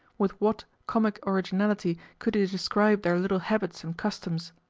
with what comic originality could he describe their little habits and customs!